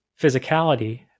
physicality